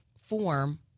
form